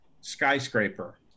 skyscraper